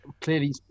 clearly